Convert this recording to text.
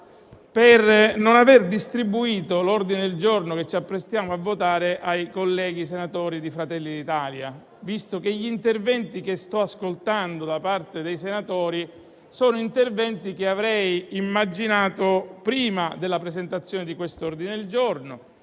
per non aver distribuito il testo dell'ordine del giorno che ci apprestiamo a votare ai colleghi di Fratelli d'Italia, visto che quelli che sto ascoltando da parte dei senatori sono interventi che avrei immaginato prima della presentazione dell'ordine del giorno